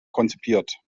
konzipiert